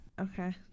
Okay